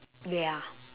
ya